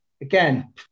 Again